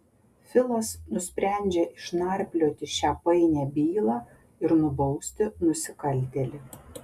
filas nusprendžia išnarplioti šią painią bylą ir nubausti nusikaltėlį